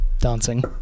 dancing